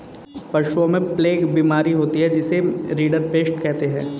पशुओं में प्लेग बीमारी होती है जिसे रिंडरपेस्ट कहते हैं